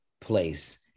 place